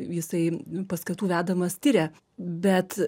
jisai paskatų vedamas tiria bet